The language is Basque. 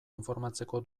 informatzeko